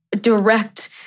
direct